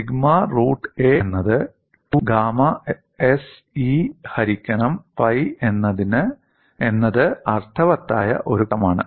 'sigma root a' എന്നത് '2 gamma s E ഹരിക്കണം pi' എന്നത് അർത്ഥവത്തായ ഒരു ഘട്ടമാണ്